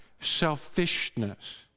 Selfishness